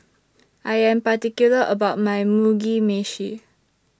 I Am particular about My Mugi Meshi